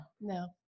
No